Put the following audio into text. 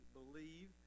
believe